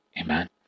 Amen